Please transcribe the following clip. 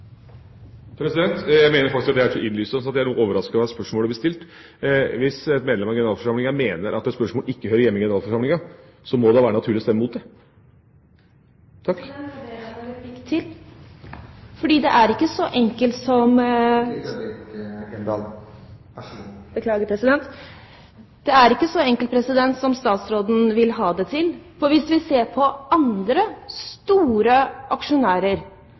Jeg mener faktisk at det er så innlysende at jeg er litt overrasket over at spørsmålet blir stilt. Hvis et medlem av generalforsamlinga mener at et spørsmål ikke hører hjemme i generalforsamlinga, må det da være naturlig å stemme imot det. President, jeg ber om en replikk til. Vær så god. Jeg ber om en replikk til, for det er ikke så enkelt som statsråden vil ha det til. Hvis vi ser på andre store aksjonærer,